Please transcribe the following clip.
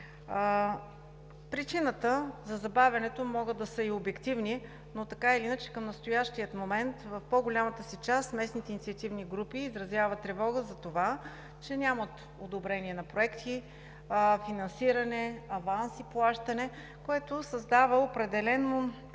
Причината за забавянето могат да са и обективни, но така или иначе към настоящия момент в по-голямата си част местните инициативни групи изразяват тревога, че нямат одобрение на проекти, финансиране и авансово плащане. Това създава определено